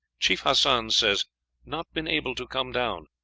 chief hassan says not been able to come down.